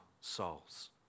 souls